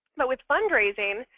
but with fundraising,